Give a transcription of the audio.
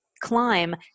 climb